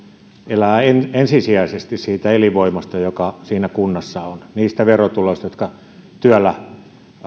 elää ensisijaisesti siitä elinvoimasta joka siinä kunnassa on niistä verotuloista jotka